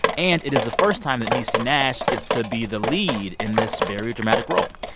and it is the first time that niecy nash gets to be the lead in this very dramatic role.